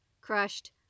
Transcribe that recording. crushed